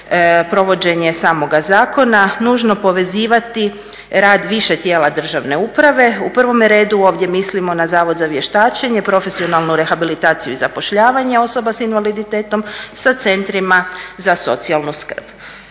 provođenje samoga zakona, nužno povezivati rad više tijela državne uprave. U prvom redu ovdje mislimo na Zavod za vještačenje, profesionalnu rehabilitaciju i zapošljavanje osoba s invaliditetom sa centrima za socijalnu skrb.